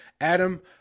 adam